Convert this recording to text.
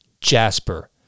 Jasper